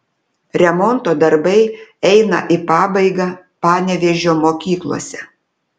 remonto darbai eina į pabaigą panevėžio mokyklose